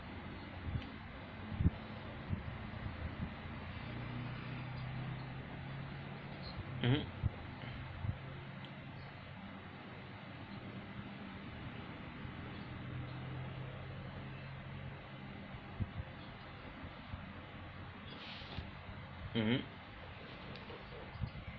mmhmm mmhmm